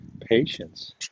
patience